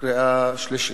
בקריאה השלישית,